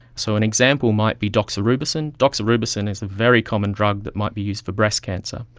so an example might be doxorubicin. doxorubicin is a very common drug that might be used for breast cancer.